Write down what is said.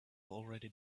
already